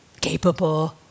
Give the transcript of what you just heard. capable